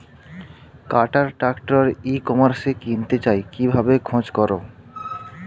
কাটার tractor ই কমার্সে কিনতে চাই কিভাবে খোঁজ করো?